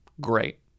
great